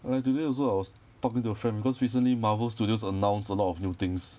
like today also I was talking to a friend bcause recently Marvel Studios announced a lot of new things